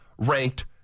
ranked